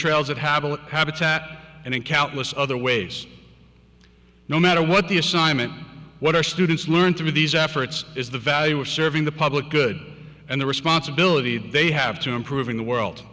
having habitat and in countless other ways no matter what the assignment what our students learn through these efforts is the value of serving the public good and the responsibility they have to improving the world